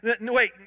Wait